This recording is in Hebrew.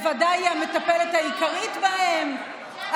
ובוודאי המטפלת העיקרית בהם,